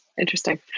Interesting